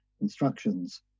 instructions